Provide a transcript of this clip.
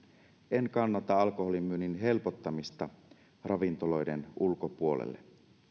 en kannata alkoholin myynnin helpottamista ravintoloiden ulkopuolelle tuetaan